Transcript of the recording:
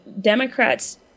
Democrats